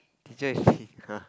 teacher is [huh]